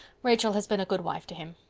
rachel has been a good wife to him.